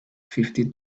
fifty